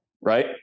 Right